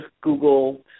Google